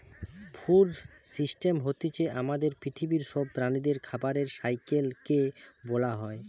food system হতিছে আমাদের পৃথিবীর সব প্রাণীদের খাবারের সাইকেল কে বোলা হয়